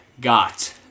got